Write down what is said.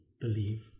believe